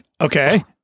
Okay